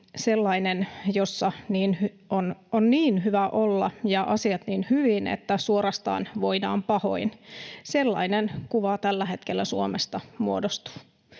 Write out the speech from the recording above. sellainen, jossa on niin hyvä olla ja asiat niin hyvin, että suorastaan voidaan pahoin — sellainen kuva tällä hetkellä Suomesta muodostuu.